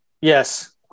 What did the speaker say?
Yes